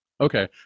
okay